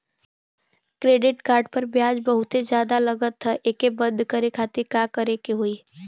Credit card पर ब्याज बहुते ज्यादा लगत ह एके बंद करे खातिर का करे के होई?